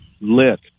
Lit